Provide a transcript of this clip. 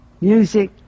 music